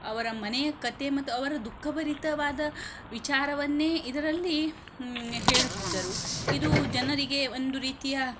ಅವರ ಮನೆಯ ಕಥೆ ಮತ್ತೆ ಅವರ ದುಃಖಭರಿತವಾದ ವಿಚಾರವನ್ನೇ ಇದರಲ್ಲಿ ಹೇಳುತ್ತಿದ್ದರು ಇದು ಜನರಿಗೆ ಒಂದು ರೀತಿಯ